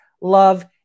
love